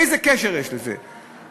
איזה קשר יש לזה?